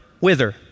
wither